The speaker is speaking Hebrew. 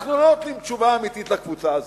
אנחנו לא נותנים תשובה אמיתית לקבוצה הזאת,